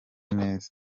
neza